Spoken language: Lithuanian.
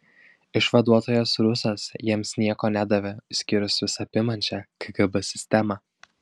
išvaduotojas rusas jiems nieko nedavė išskyrus visa apimančią kgb sistemą